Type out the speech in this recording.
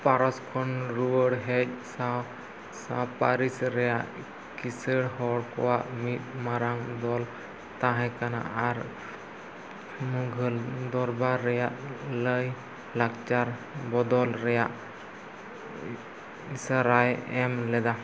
ᱯᱟᱨᱳᱥ ᱠᱷᱚᱱ ᱨᱩᱣᱟᱹᱲ ᱦᱮᱡ ᱥᱟᱶ ᱥᱟᱶ ᱯᱟᱹᱨᱤᱥ ᱨᱮᱭᱟᱜ ᱠᱤᱥᱟᱹᱲ ᱦᱚᱲ ᱠᱚᱣᱟᱜ ᱢᱤᱫ ᱢᱟᱨᱟᱝ ᱫᱚᱞ ᱛᱟᱦᱮᱸ ᱠᱟᱱᱟ ᱟᱨ ᱢᱩᱜᱷᱚᱞ ᱫᱚᱨᱵᱟᱨ ᱨᱮᱭᱟᱜ ᱞᱟᱭᱼᱞᱟᱠᱪᱟᱨ ᱵᱚᱫᱚᱞ ᱨᱮᱭᱟᱜ ᱤᱥᱟᱹᱨᱟᱭ ᱮᱢ ᱞᱮᱫᱟ